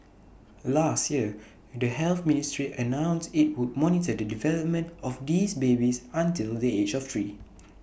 last year the health ministry announced IT would monitor the development of these babies until the age of three